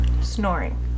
snoring